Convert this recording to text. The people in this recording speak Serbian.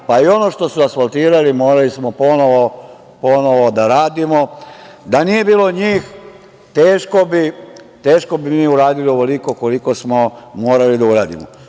pa i ono što su asfaltirali morali smo ponovo da radimo. Da nije bilo njih teško bi mi uradili ovoliko koliko smo morali da uradimo. Kako